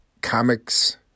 comics